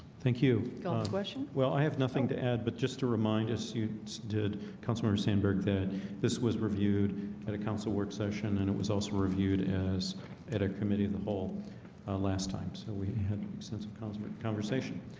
thank you question well i have nothing to add but just to remind us you did councilmember sandburg that this was reviewed at a council work session and it was also reviewed as at a committee in the whole last time so we had a sense of common but conversation.